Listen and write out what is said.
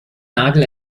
nagel